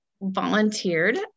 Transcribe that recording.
volunteered